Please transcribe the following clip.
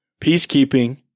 Peacekeeping